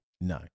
No